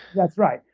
that's right.